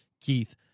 Keith